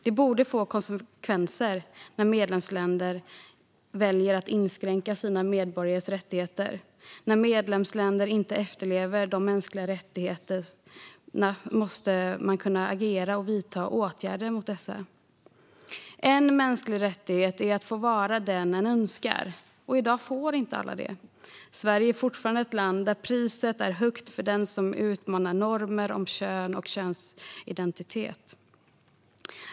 Det borde få konsekvenser när medlemsländer väljer att inskränka sina medborgares rättigheter. När medlemsländer inte efterlever de mänskliga rättigheterna måste man kunna agera och vidta åtgärder mot dessa länder. En mänsklig rättighet är att få vara den en önskar. I dag får inte alla det. Sverige är fortfarande ett land där priset är högt för den som utmanar normer om kön och könsidentitet.